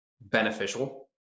beneficial